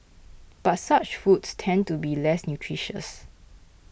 but such foods tend to be less nutritious